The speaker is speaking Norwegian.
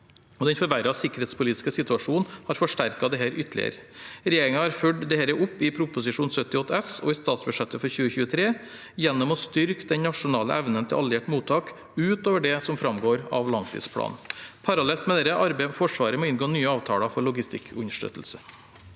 den forverrede sikkerhetspolitiske situasjonen har forsterket dette ytterligere. Regjeringen har fulgt dette opp i Prop. 78 S for 2021–2022 og i statsbudsjettet for 2023 gjennom å styrke den nasjonale evnen til alliert mottak utover det som framgår av langtidsplanen. Parallelt med dette arbeider Forsvaret med å inngå nye avtaler for logistikkunderstøttelse.